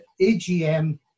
AGM